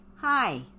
Hi